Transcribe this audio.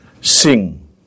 sing